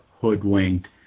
hoodwinked